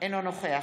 אינו נוכח